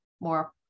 more